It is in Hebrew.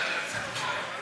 מה אתה רוצה ממני?